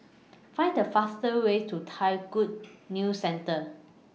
Find The faster Way to Thai Good News Centre